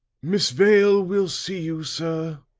miss vale will see you, sir,